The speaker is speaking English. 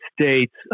States